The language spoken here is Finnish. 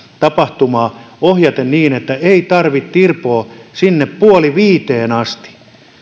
nauttimista aiemmin ohjaten niin että ei tarvitse tirpoa sinne puoli viiteen asti niin